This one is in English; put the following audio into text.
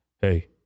Hey